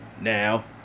now